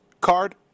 card